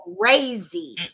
crazy